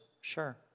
Sure